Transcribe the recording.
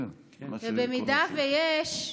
ואם יש,